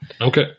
Okay